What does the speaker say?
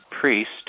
priest